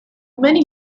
many